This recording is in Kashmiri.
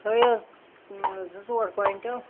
تھٲیُو حظ اۭں زٕ ژور کۄنٛٹل